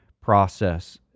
process